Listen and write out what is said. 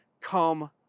come